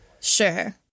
Sure